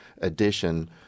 edition